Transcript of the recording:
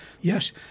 yes